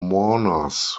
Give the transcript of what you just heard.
mourners